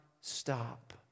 stop